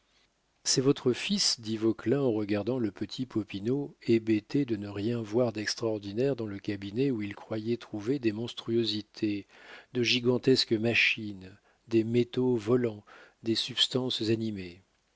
c'est votre fils dit vauquelin en regardant le petit popinot hébété de ne rien voir d'extraordinaire dans le cabinet où il croyait trouver des monstruosités de gigantesques machines des métaux volants des substances animées